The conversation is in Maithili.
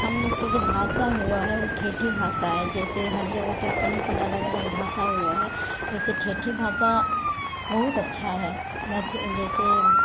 हमलोगके जे भाषा हुअऽ हय ओ ठेठी भाषा हैय जइसे हर जगहके अपन अलग अलग भाषा हुअऽ हैय वैसे ठेठी भाषा बहुत अच्छा हय मैथ जइसे